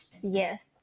Yes